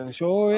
show